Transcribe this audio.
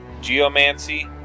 geomancy